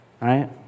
right